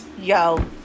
Yo